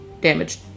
damaged